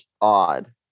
odd